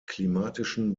klimatischen